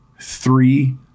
three